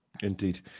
Indeed